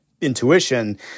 intuition